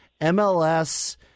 MLS